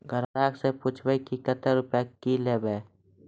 ग्राहक से पूछब की कतो रुपिया किकलेब?